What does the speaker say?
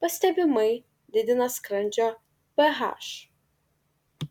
pastebimai didina skrandžio ph